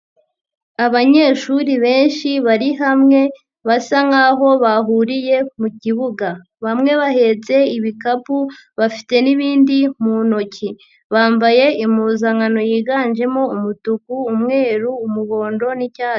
Abanyeshuri benshi bari hamwe, basa nkaho bahuriye mu kibuga. Bamwe bahetse ibikapu, bafite n'ibindi mu ntoki. Bambaye impuzankano yiganjemo: umutuku, umweru, umuhondo n'icyatsi.